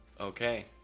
Okay